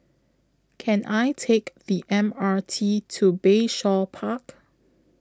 Can I Take The M R T to Bayshore Park